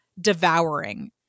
devouring